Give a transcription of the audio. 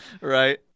Right